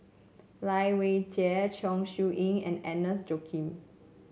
Lai Weijie Chong Siew Ying and Agnes Joaquim